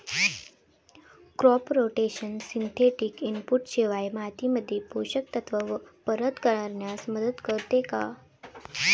Crop rotation synthetic input शिवाय मातीमध्ये पोषक तत्त्व परत करण्यास मदत करते का?